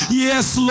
yes